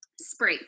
Spray